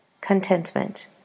contentment